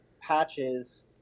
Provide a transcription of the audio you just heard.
patches